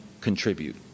contribute